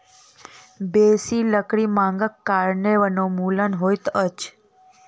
बेसी लकड़ी मांगक कारणें वनोन्मूलन होइत अछि